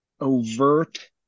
overt